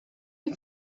you